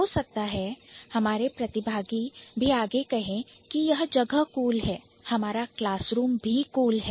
हो सकता है कि हमारे प्रतिभागी भी आगे कहे कि यह जगह Cool है हमारा Classroom भी Cool है